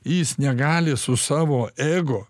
jis negali su savo ego